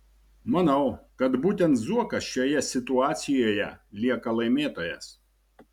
manau kad būtent zuokas šioje situacijoje lieka laimėtojas